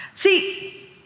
See